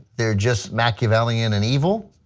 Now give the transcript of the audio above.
they are just machiavellian and evil?